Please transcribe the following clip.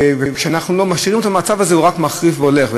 כשאנחנו משאירים את המצב הזה, הוא רק מחריף והולך.